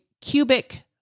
cubic